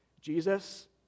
Jesus